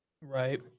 Right